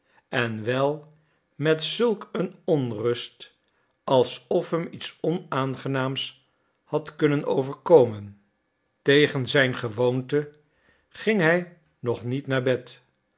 en wel met zulk een onrust alsof hem iets onaangenaams had kunnen overkomen tegen zijn gewoonte ging hij nog niet naar bed